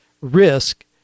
risk